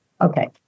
Okay